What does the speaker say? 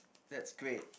that's great